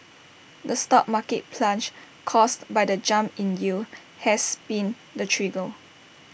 the stock market plunge caused by the jump in yields has been the trigger